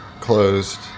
closed